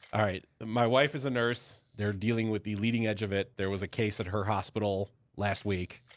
all right, my wife is a nurse. they're dealing with the leading edge of it. there was a case at her hospital last week.